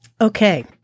okay